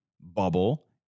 bubble